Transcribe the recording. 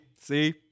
See